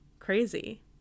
crazy